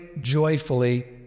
joyfully